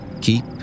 Keep